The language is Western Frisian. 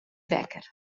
wekker